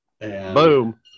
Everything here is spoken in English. Boom